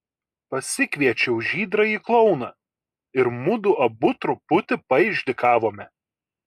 pasikviečiau žydrąjį klouną ir mudu abu truputį paišdykavome